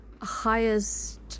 highest